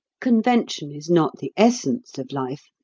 convention is not the essence of life,